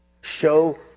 Show